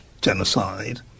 genocide